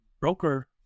broker